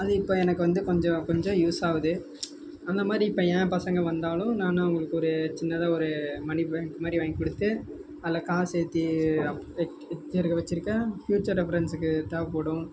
அது இப்போ எனக்கு வந்து கொஞ்சம் கொஞ்சம் யூஸ் ஆகுது அந்த மாதிரி இப்போ ஏ பசங்க வந்தாலும் நானாக அவங்களுக்கு ஒரு சின்னதாக ஒரு மணி பேங்க் மாதிரி வாங்கி கொடுத்து அதில் காசு சேர்த்தி அப் வெ வச்சிருக் வச்சிருக்கேன் ஃப்யூச்சர் ரெஃபெரென்ஸ்க்கு தேவைப்படும்